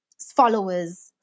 followers